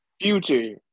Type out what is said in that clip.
future